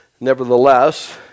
Nevertheless